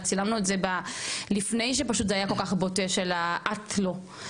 צילמנו את זה לפני שפשוט זה היה כל כך בוטה של ה"את לא".